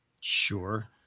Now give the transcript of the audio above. Sure